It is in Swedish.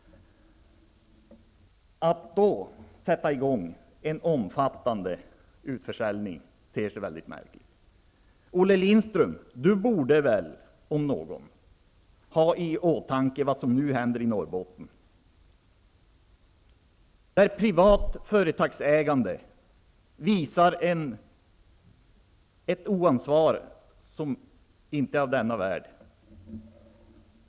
Att då sätta i gång en omfattande utförsäljning ter sig märkligt. Olle Lindström om någon borde ha i åtanke vad som nu händer i Norrbotten. Privatägda företag visar där ett oansvar som inte är av denna värld.